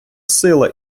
сила